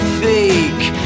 fake